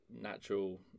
natural